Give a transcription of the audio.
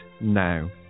now